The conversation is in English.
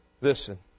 Listen